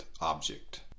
object